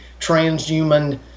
transhuman